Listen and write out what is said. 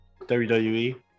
WWE